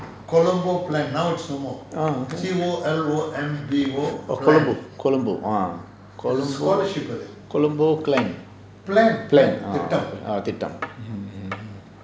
ah okay oh colombo colombo ah colombo colombo clan plan orh திட்டம்:thitam